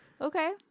Okay